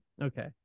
Okay